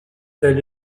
tel